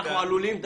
אנחנו עלולים,